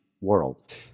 world